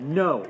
no